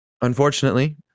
Unfortunately